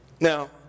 Now